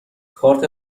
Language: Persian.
کارت